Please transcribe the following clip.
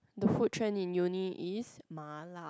the food trend in uni is ma-la